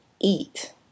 eat